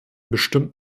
bestimmt